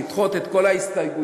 לדחות את ההסתייגויות,